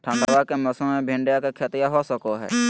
ठंडबा के मौसमा मे भिंडया के खेतीया हो सकये है?